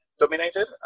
dominated